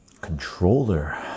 controller